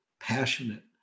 passionate